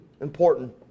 important